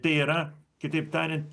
tai yra kitaip tariant